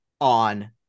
on